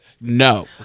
No